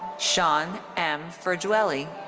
sean m. furgiuele.